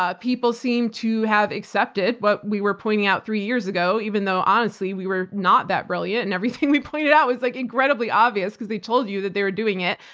ah people seem to have accepted what we were pointing out three years ago, even though honestly, we were not that brilliant and everything we pointed out was like incredibly obvious because they told you that they were doing it,